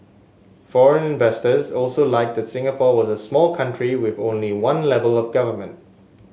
foreign investors also liked that Singapore was a small country with only one level of government